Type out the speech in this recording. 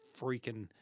freaking